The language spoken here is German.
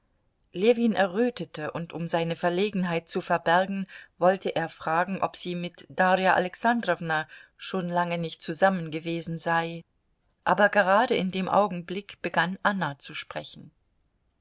ljewin errötete und um seine verlegenheit zu verbergen wollte er fragen ob sie mit darja alexandrowna schon lange nicht zusammen gewesen sei aber gerade in dem augenblick begann anna zu sprechen